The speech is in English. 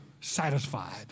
satisfied